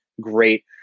great